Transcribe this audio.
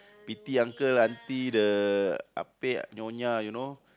pity uncle aunty the Ah-Pek Nyonya you know